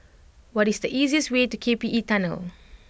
what is the easiest way to K P E Tunnel